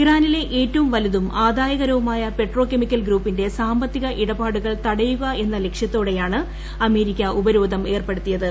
ഇറാനിലെ ഏറ്റവും വലുതും ആദായകരവുമായ പെട്രോകെമിക്കൽ ഗ്രൂപ്പിന്റെ സാമ്പത്തിക ഇടപാടുകൾ തടയുക എന്ന ലക്ഷ്യത്തോടെയാണ് അമേരിക്ക ഉപരോധം ഏർപ്പെടുത്തിയത്